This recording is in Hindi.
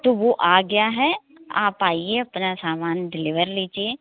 तो वो आ गया है आप आइए अपना सामान डिलीवर लीजिए